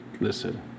listen